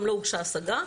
גם לא הוגשה השגה.